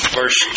verse